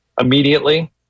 immediately